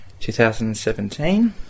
2017